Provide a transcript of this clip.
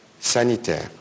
sanitaire